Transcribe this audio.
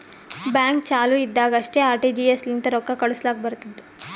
bank ಚಾಲು ಇದ್ದಾಗ್ ಅಷ್ಟೇ ಆರ್.ಟಿ.ಜಿ.ಎಸ್ ಲಿಂತ ರೊಕ್ಕಾ ಕಳುಸ್ಲಾಕ್ ಬರ್ತುದ್